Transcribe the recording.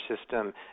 system